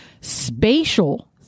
Spatial